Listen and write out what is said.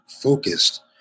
focused